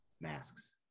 masks